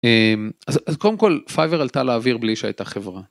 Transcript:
אז קודם כל פייבר עלתה לאוויר בלי שהייתה חברה.